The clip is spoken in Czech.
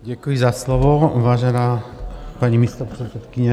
Děkuji za slovo, vážená paní místopředsedkyně.